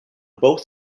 both